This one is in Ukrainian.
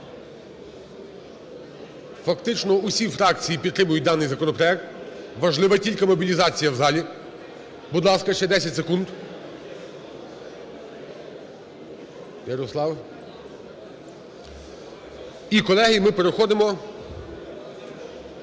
Фактично, усі фракції підтримують даний законопроект. Важлива тільки мобілізація у залі. Будь ласка, ще 10 секунд. (Шум у залі) Ярослав!.. І, колеги, ми переходимо…